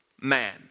man